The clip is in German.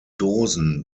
dosen